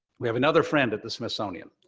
we have another friend at the smithsonian.